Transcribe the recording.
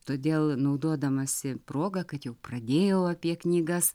todėl naudodamasi proga kad jau pradėjau apie knygas